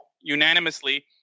unanimously